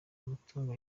amatungo